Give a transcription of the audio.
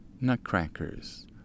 nutcrackers